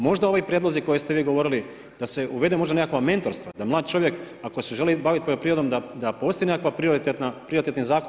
Možda ovi prijedlozi koje ste vi govorili da se uvede možda nekakva mentorstva, da mlad čovjek ako se želi baviti poljoprivredom da postoji nekakva prioritetni zakup